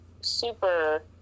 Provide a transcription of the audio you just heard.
super